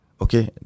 okay